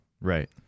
right